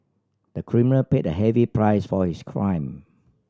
the criminal paid a heavy price for his crime